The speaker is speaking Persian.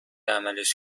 عملش